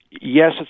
yes